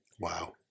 Wow